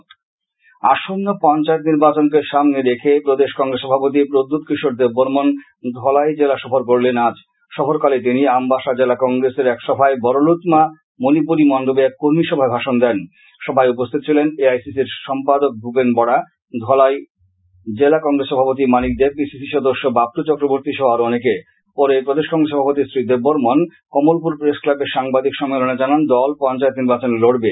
কংগ্রেস আসন্ন পঞ্চায়েত নির্বাচন কে সামনে রেখে প্রদেশ কংগ্রেস সভাপতি প্রদ্যুৎ কিশোর দেববর্মণ ধলাই জেলা সফর করলেন আজা সফরকালে তিনি আমবাসা জেলা কংগ্রেসের এক সভায় বড়লুতমা মনিপুরী মণ্ডপে এক কর্মী সভায় ভাষণ দেন সভায় উপস্থিত ছিলেন এ আইসিসি র সম্পাদক ভূপেন বড়া ধলাই জেলা কংগ্রেস সভাপতি মানিক দেব পিসিসি সদস্য বাপটু চক্রবর্তী সহ আরও অনেকে পরে প্রদেশ কংগ্রেস সভাপতি শ্রী দেববর্মন কমলপুর প্রেস ক্লাবে সাংবাদিক সম্মলনে জানান দল পঞ্চায়েত নির্বাচনে লডবে